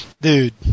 Dude